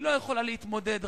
היא לא יכולה להתמודד,